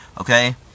Okay